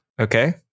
Okay